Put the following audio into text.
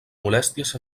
molèsties